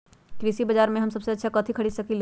कृषि बाजर में हम सबसे अच्छा कथि खरीद सकींले?